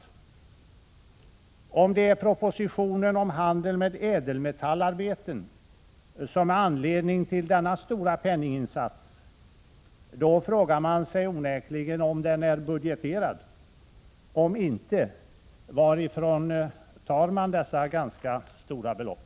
Om det är propositionen om handel med ädelmetallarbeten som är anledningen till denna stora penninginsats, frågar man sig onekligen om den är budgeterad. Om inte, varifrån tar man då detta ganska stora belopp?